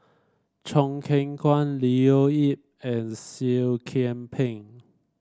Choo Keng Kwang Leo Yip and Seah Kian Peng